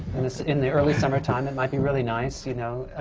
in the early summertime. it might be really nice, you know.